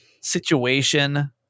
situation